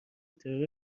ترور